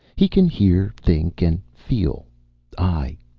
he can hear, think, and feel aye,